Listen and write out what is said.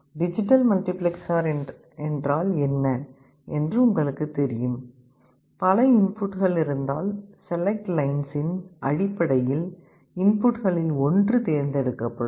digital multiplexer என்றால் என்ன என்று உங்களுக்குத் தெரியும் பல இன்புட்கள் இருந்தால் செலக்ட்லைன்ஸின் அடிப்படையில் இன்புட்களில் ஒன்று தேர்ந்தெடுக்கப்படும்